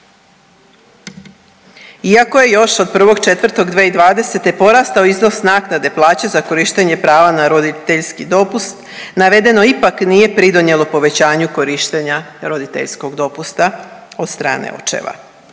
iako je još od 1.4.2020. porastao iznos naknade plaće za korištenje prava na roditeljski dopust navedeno ipak nije pridonijelo povećanju korištenja roditeljskog dopusta od strane očeva.